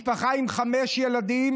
משפחה עם חמישה ילדים,